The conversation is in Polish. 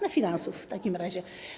To finansów w takim razie.